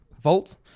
Vault